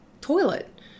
toilet